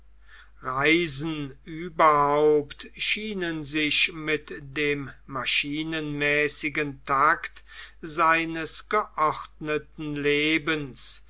reisen überhaupt schienen sich mit dem maschinenmäßigen takt seines geordneten lebens